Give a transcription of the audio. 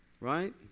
right